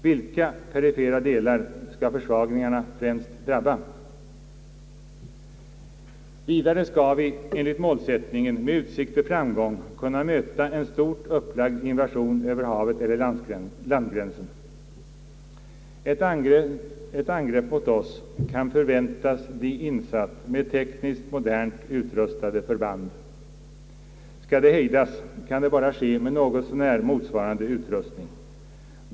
Vilka perifera delar skall försvagningarna främst drabba? Vidare skall vi enligt målsättningen med utsikt till framgång kunna möta en stort upplagd invasion över havet eller landgränsen. Ett angrepp mot oss kan förväntas bli insatt med tekniskt modernt utrustade förband. Skall det hejdas kan det bara ske med något så när motsvarande utrustning.